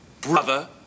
brother